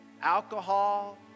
Alcohol